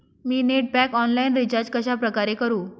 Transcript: मी net pack online recharge कशाप्रकारे करु?